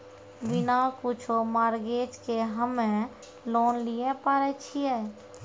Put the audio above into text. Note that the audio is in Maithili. बिना कुछो मॉर्गेज के हम्मय लोन लिये पारे छियै?